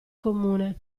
comune